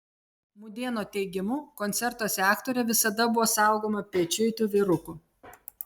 mudėno teigimu koncertuose aktorė visada buvo saugoma pečiuitų vyrukų